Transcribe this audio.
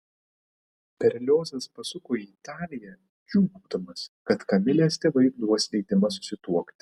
berliozas pasuko į italiją džiūgaudamas kad kamilės tėvai duos leidimą susituokti